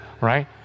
Right